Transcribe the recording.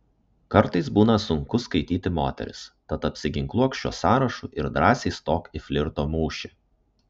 kartais būna sunku skaityti moteris tad apsiginkluok šiuo sąrašu ir drąsiai stok į flirto mūšį